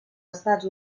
estats